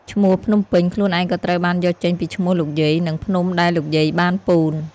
ឈ្មោះ "ភ្នំពេញ" ខ្លួនឯងក៏ត្រូវបានយកចេញពីឈ្មោះលោកយាយ និងភ្នំដែលលោកយាយបានពូន។